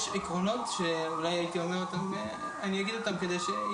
יש עקרונות, אני אגיד אותם כדי ש-